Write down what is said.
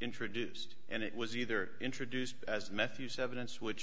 introduced and it was either introduced as meth use evidence which